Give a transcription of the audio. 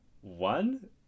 one